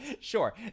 Sure